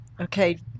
Okay